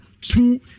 two